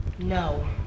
No